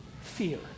fear